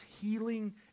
healing